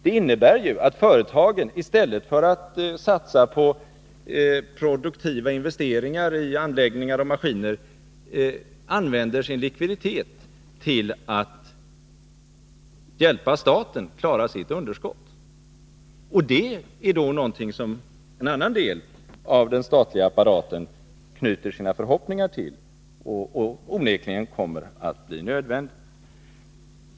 Det innebär ju att företagen i stället för att satsa på produktiva investeringar i anläggningar och maskiner använder sin likviditet till att hjälpa staten att klara sitt underskott. Detta är någonting som en del av den statliga apparaten knyter sina förhoppningar till och som onekligen kommer att bli nödvändigt.